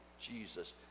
Jesus